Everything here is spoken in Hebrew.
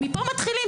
מפה מתחילים,